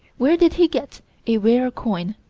where did he get a rare coin,